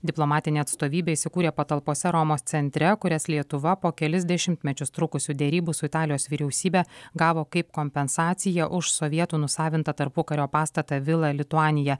diplomatinė atstovybė įsikūrė patalpose romos centre kurias lietuva po kelis dešimtmečius trukusių derybų su italijos vyriausybe gavo kaip kompensaciją už sovietų nusavintą tarpukario pastatą vila lituanija